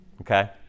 okay